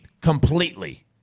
completely